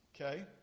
Okay